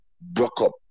broke-up